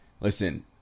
Listen